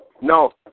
No